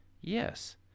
yes